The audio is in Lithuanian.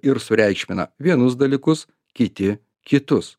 ir sureikšmina vienus dalykus kiti kitus